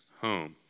home